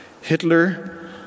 Hitler